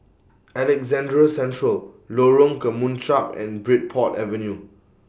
Alexandra Central Lorong Kemunchup and Bridport Avenue